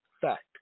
Fact